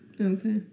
Okay